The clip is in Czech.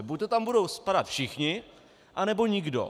Buď tam budou spadat všichni, anebo nikdo.